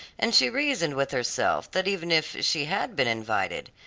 and she reasoned with herself that even if she had been invited,